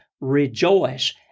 rejoice